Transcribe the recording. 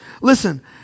Listen